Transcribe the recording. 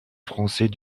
français